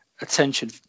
attention